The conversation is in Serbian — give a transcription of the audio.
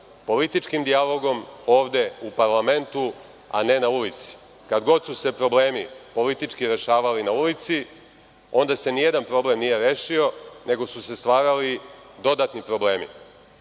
političkim dijalogom ovde, u parlamentu, a ne na ulici. Kad god su se problemi politički rešavali na ulici, onda se ni jedan problem nije rešio, nego su se stvarali dodatni problemi.Za